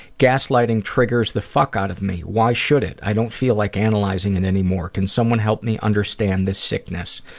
gaslighting triggers the fuck out of me. why should it? i don't feel like analyzing it anymore. can someone help me understand this sickness?